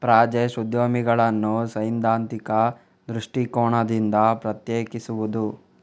project ಉದ್ಯಮಿಗಳನ್ನು ಸೈದ್ಧಾಂತಿಕ ದೃಷ್ಟಿಕೋನದಿಂದ ಪ್ರತ್ಯೇಕಿಸುವುದು